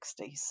1960s